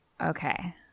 Okay